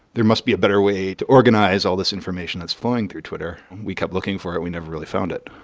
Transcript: there must be a better way to organize all this information that's falling through twitter. we kept looking for it and we never really found it.